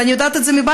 ואני יודעת את זה מבית,